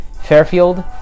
Fairfield